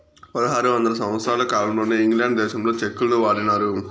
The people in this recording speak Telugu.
పదహారు వందల సంవత్సరాల కాలంలోనే ఇంగ్లాండ్ దేశంలో చెక్కులను వాడినారు